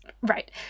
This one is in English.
Right